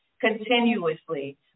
continuously